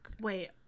Wait